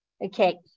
Okay